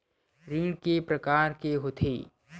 ऋण के प्रकार के होथे?